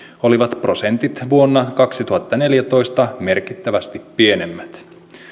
olivat prosentit vuonna kaksituhattaneljätoista merkittävästi pienemmät